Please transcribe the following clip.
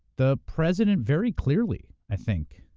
the president very clearly, i think,